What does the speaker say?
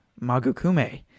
Magukume